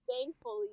thankfully